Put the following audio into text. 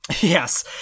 Yes